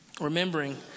remembering